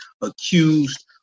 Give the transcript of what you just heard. accused